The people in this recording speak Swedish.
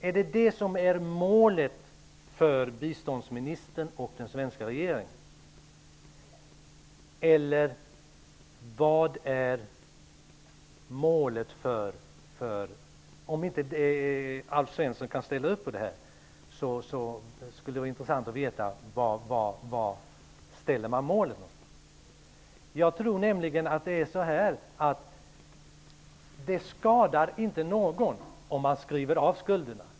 Är det det som är målet för biståndsministern och den svenska regeringen? Om Alf Svensson inte ställer upp bakom detta, vore det intessant att veta vad målet är. Jag tror nämligen att det inte skadar någon om man skriver av skulderna.